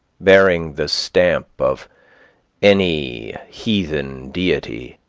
bearing the stamp of any heathen deity,